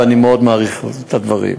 ואני מאוד מעריך את הדברים.